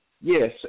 Yes